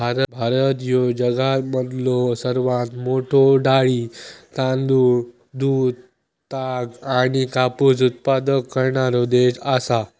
भारत ह्यो जगामधलो सर्वात मोठा डाळी, तांदूळ, दूध, ताग आणि कापूस उत्पादक करणारो देश आसा